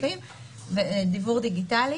ודיוור דיגיטלי,